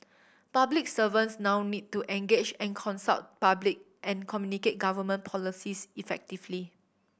public servants now need to engage and consult public and communicate government policies effectively